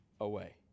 away